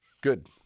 Good